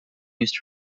used